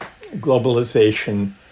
globalization